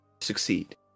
Succeed